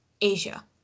Asia